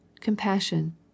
compassion